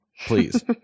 please